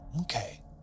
Okay